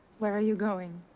where are you going?